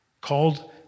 Called